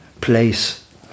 place